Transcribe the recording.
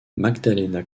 magdalena